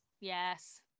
yes